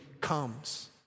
comes